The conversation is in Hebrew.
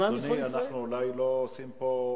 אבל, אדוני, אנחנו אולי לא עושים פה הבחנה,